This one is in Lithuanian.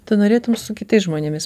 tu norėtum su kitais žmonėmis